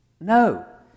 No